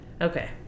Okay